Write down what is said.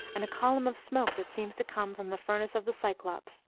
and a column of smoke that seems to come from the furnace of the cyclops.